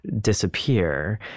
disappear